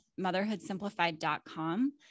motherhoodsimplified.com